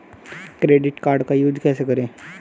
Credit card का use कैसे करें?